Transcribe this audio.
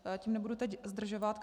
Tím nebudu teď zdržovat.